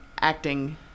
acting